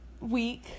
week